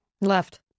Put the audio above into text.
Left